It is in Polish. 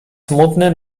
smutny